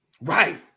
Right